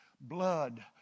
blood